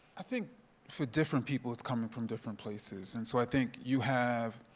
i think for different people it's coming from different places. and so i think you have,